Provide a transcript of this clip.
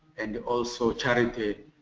and also charity